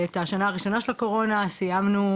את השנה הראשונה של הקורונה סיימנו,